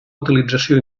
utilització